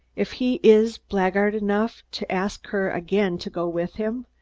if he is blackguard enough to ask her again to go with him,